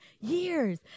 years